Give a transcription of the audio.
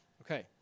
Okay